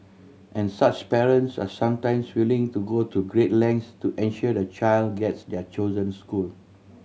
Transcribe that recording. and such parents are sometimes willing to go to great lengths to ensure their child gets their chosen school